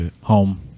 home